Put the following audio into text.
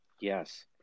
Yes